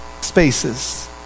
spaces